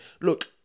look